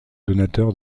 donateurs